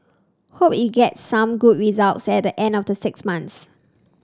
hope it gets some good result set the end of the six months